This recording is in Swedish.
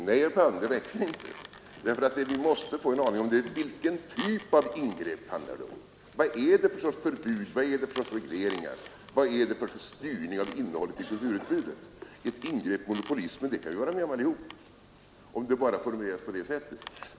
Herr talman! Nej, herr Palm, det räcker inte. Vad vi måste få en uppfattning om är nämligen vilken typ av ingrepp det handlar om. Vad är det för sorts förbud, regleringar och styrning när det gäller kulturutbudet som det handlar om? Ett ingrepp mot monopolismen kan vi alla vara med om, om kravet bara klart formuleras på det sättet.